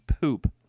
Poop